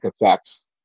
effects